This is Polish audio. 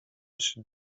się